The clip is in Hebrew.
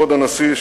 כבוד הנשיא,